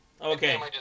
Okay